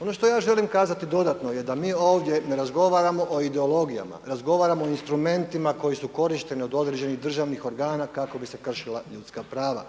Ono što ja želim kazati dodatno je da mi ovdje ne razgovaramo o ideologijama, razgovaramo o instrumentima koji su korišteni od određenih državnih organa kako bi se kršila ljudska prava.